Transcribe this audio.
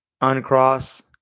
uncross